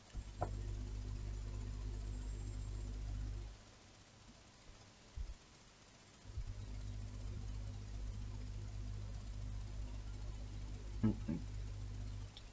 mm